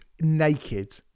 Naked